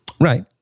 Right